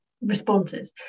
responses